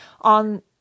on